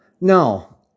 No